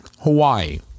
Hawaii